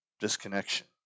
Disconnection